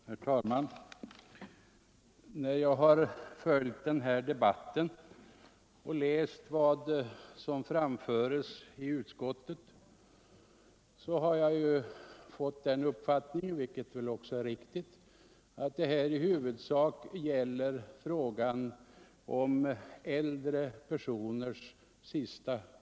Herr talman! När jag har följt den här debatten och läst vad som framförs i utskottets betänkande har jag fått den uppfattningen — vilken väl också är riktig — att det här i huvudsak gäller frågan om äldre personers dödskamp.